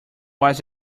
was